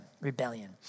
rebellion